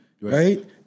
right